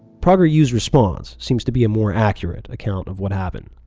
prageru's response seems to be a more accurate account of what happened.